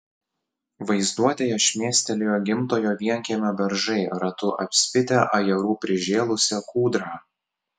vaizduotėje šmėstelėjo gimtojo vienkiemio beržai ratu apspitę ajerų prižėlusią kūdrą